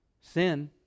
Sin